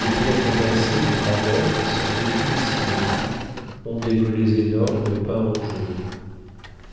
les fenêtres percées au travers sans aucune symétrie ont des volets énormes peints en jaune